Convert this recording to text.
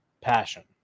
Passion